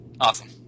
Awesome